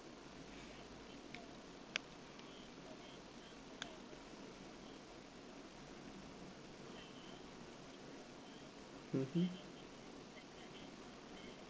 mm